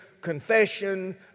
confession